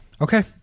Okay